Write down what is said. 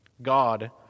God